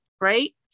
right